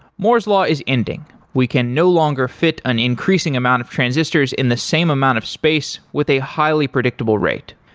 moore's law is ending. we can no longer fit an increasing amount of transistors in the same amount of space with a highly predictable rate.